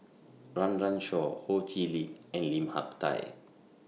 Run Run Shaw Ho Chee Lick and Lim Hak Tai